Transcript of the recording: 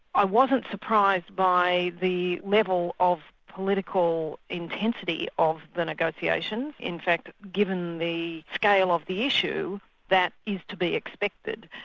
i wasn't surprised by the level of political intensity of the negotiations, in fact given the scale of the issue that is to be expected.